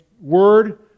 word